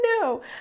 no